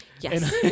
yes